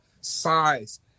size